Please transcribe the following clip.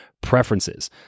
preferences